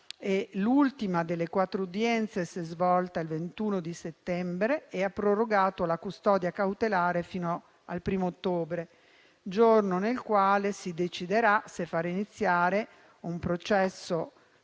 L’ultima delle quattro udienze si è svolta il 21 settembre e ha prorogato la custodia cautelare fino al primo ottobre, giorno nel quale si deciderà se far iniziare un processo